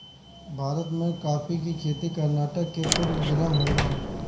भारत में काफी के खेती कर्नाटक के कुर्ग जिला में होला